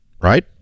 right